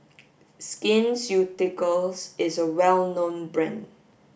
Skin Ceuticals is a well known brand